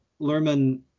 Lerman